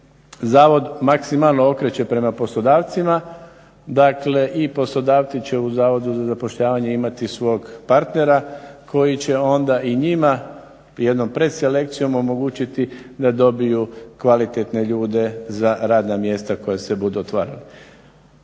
zavod maksimalno okreće prema poslodavcima i poslodavci će u Zavodu za zapošljavanje imati svog partnera koji će onda i njima jednom predselekcijom omogućiti da dobiju kvalitetne ljude za radna mjesta koja se budu otvarala.